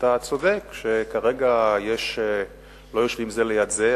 אתה צודק שכרגע לא יושבים זה ליד זה.